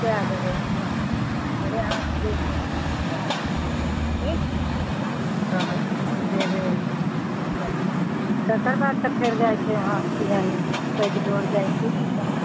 कै देबै हँ अगर अहाँ तऽ हम जयबै तब तकर बाद तऽ फेर जाइत छै वहाँ से किदेन पैदलो आर जाइत छै की कहाँ